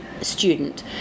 student